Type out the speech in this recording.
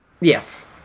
Yes